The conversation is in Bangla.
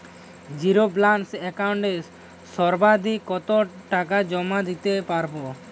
জীরো ব্যালান্স একাউন্টে সর্বাধিক কত টাকা জমা দিতে পারব?